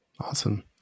Awesome